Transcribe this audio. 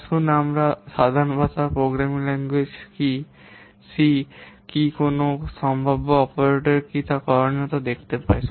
আসুন আমরা সাধারণ ভাষা প্রোগ্রামিং ল্যাঙ্গুয়েজ সি কী কোনও সম্ভাব্য অপারেটরদের কী করণীয় তা দেখতে পাই